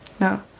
no